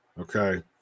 okay